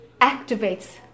activates